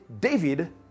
David